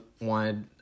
wanted